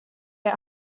get